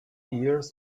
years